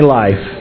life